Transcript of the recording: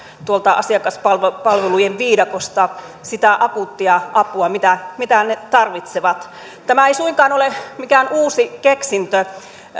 tuolta asiakaspalvelujen viidakosta sitä akuuttia apua mitä mitä he tarvitsevat tämä ei suinkaan ole mikään uusi keksintö